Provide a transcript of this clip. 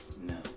no